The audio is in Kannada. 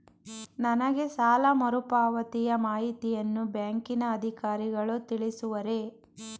ನನಗೆ ಸಾಲ ಮರುಪಾವತಿಯ ಮಾಹಿತಿಯನ್ನು ಬ್ಯಾಂಕಿನ ಅಧಿಕಾರಿಗಳು ತಿಳಿಸುವರೇ?